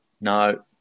no